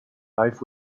life